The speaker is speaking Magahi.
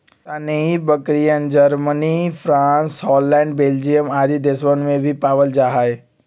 सानेंइ बकरियन, जर्मनी, फ्राँस, हॉलैंड, बेल्जियम आदि देशवन में भी पावल जाहई